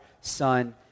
Son